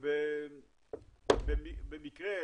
ובמקרה,